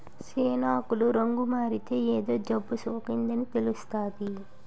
సేను ఆకులు రంగుమారితే ఏదో జబ్బుసోకిందని తెలుస్తాది